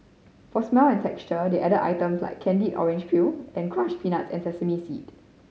for smell and texture they added items like candied orange peel and crushed peanuts and sesame seeds